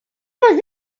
was